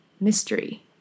mystery